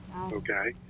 okay